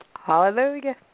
Hallelujah